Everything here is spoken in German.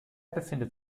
befindet